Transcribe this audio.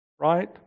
right